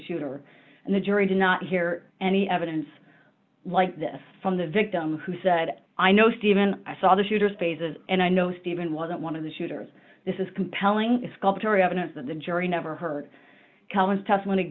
shooter and the jury did not hear any evidence like this from the victim who said i know stephen i saw the shooter's faces and i know stephen wasn't one of the shooters this is compelling sculpturing evidence that the jury never h